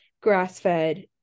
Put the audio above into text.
grass-fed